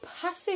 passive